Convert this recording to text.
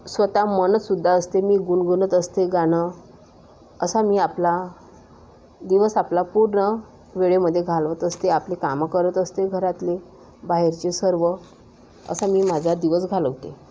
स्वतः म्हणत सुद्धा असते मी गुणगुणत असते गाणं असा मी आपला दिवस आपला पूर्ण वेळेमध्ये घालवत असते आपले कामं करत असते घरातले बाहेरचे सर्व असा मी माझा दिवस घालवते